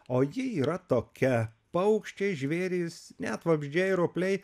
o ji yra tokia paukščiai žvėrys net vabzdžiai ropliai